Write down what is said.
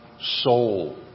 soul